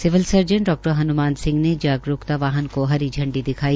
civil surgeon Dr Hanman Singh ने जागरूकता वाहन को हरी झंडी दिलाई